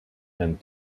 and